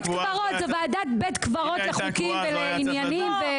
בית קברות, זו ועדת בית קברות לחוקים ועניינים.